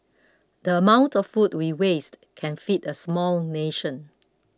the amount of food we waste can feed a small nation